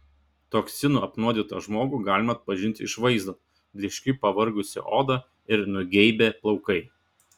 toksinų apnuodytą žmogų galima atpažinti iš vaizdo blyški pavargusi oda ir nugeibę plaukai